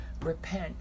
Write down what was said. repent